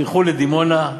תלכו לדימונה,